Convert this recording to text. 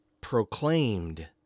proclaimed